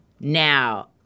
now